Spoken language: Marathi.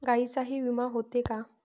गायींचाही विमा होते का?